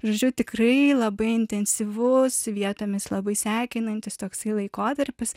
žodžiu tikrai labai intensyvus vietomis labai sekinantis toksai laikotarpis